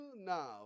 now